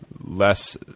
less